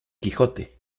quijote